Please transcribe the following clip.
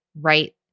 right